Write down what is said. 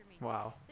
Wow